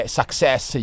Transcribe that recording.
success